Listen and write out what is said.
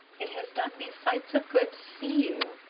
it has done me sights of good to see you,